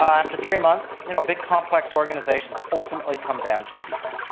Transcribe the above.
after three months, you know, big complex organisations ultimately come down to people,